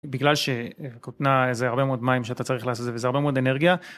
בגלל שכותנה זה הרבה מאוד מים שאתה צריך לעשות וזה הרבה מאוד אנרגיה.